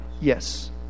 yes